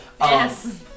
yes